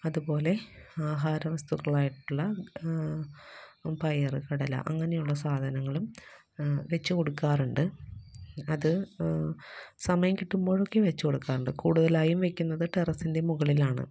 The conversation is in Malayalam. അതുപോലെ ആഹാര വസ്തുക്കളായിട്ടുള്ള പയർ കടല അങ്ങനെയുള്ള സാധനങ്ങളും വെച്ചുകൊടുക്കാറുണ്ട് അത് സമയം കിട്ടുമ്പോഴൊക്കെ വെച്ച് കൊടുക്കാറുണ്ട് കൂടുതലായും വയ്ക്കുന്നത് ടെറസിൻ്റെ മുകളിലാണ്